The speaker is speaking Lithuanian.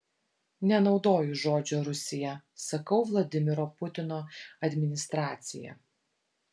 nenaudoju žodžio rusija sakau vladimiro putino administracija